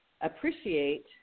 appreciate